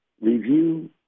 review